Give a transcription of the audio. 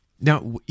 Now